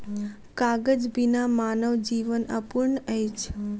कागज बिना मानव जीवन अपूर्ण अछि